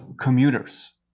commuters